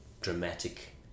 dramatic